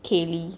kayley